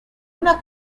una